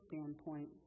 standpoint